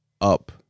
up